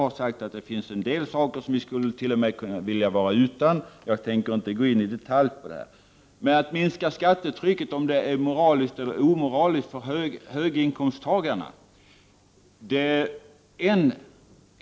Jag har sagt att det finns en del saker som vi till och med skulle vilja vara utan. Jag tänker inte gå in i detalj. Gösta Lyngå tar upp frågan om det är moraliskt eller inte att minska skattetrycket för höginkomsttagare.